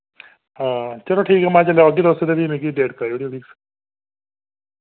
हां चलो ठीक ऐ महां जिल्लै औगे तुस ते फ्ही मिकी डेट कराई ओड़ेओ